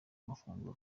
amafunguro